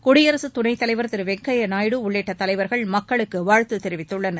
குடியரசு துணைத் தலைவர் திரு வெங்கைய நாயுடு உள்ளிட்ட தலைவர்கள் மக்களுக்கு வாழ்த்து தெரிவித்துள்ளனர்